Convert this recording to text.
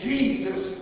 Jesus